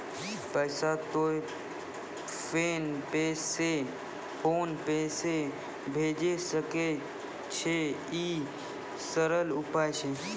पैसा तोय फोन पे से भैजै सकै छौ? ई सरल उपाय छै?